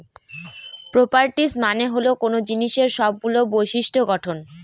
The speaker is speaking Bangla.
প্রপারটিস মানে হল কোনো জিনিসের সবগুলো বিশিষ্ট্য গঠন